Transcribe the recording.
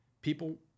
People